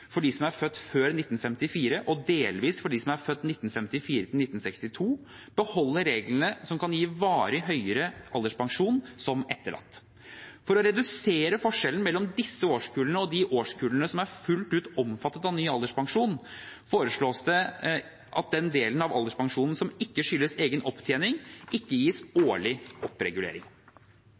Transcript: for dem som er født før 1954 og delvis for dem som er født i perioden 1954–1962, beholder reglene som kan gi varig høyere alderspensjon som etterlatt. For å redusere forskjellen mellom disse årskullene og de årskullene som er fullt ut omfattet av ny alderspensjon, foreslås det at den delen av alderspensjon som ikke skyldes egen opptjening, ikke gis årlig oppregulering.